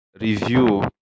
review